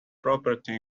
property